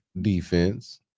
defense